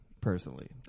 personally